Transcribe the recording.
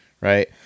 right